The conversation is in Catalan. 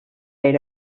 era